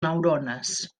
neurones